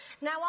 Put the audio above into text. now